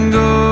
go